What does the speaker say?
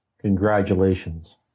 Congratulations